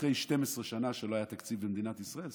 שאחרי 12 שנה שלא היה תקציב במדינת ישראל,